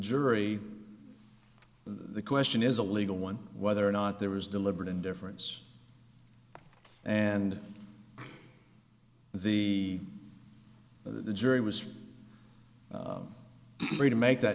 jury the question is a legal one whether or not there was deliberate indifference and the so the jury was free to make that